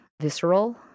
visceral